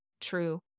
true